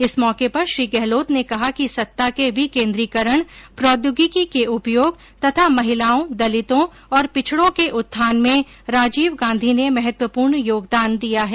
इस मौके पर श्री गहलोत ने कहा कि सत्ता के विकेंद्रीकरण प्रोद्यौगिकी के उपयोग तथा महिलाओं दलितों और पिछड़ों के उत्थान में राजीव गांधी ने महत्वपूर्ण योगदान दिया है